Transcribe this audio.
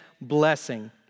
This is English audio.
blessing